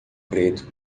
preto